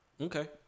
Okay